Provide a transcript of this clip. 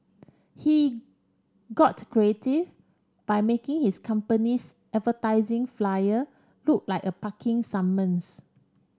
he got creative by making his company's advertising flyer look like a parking summons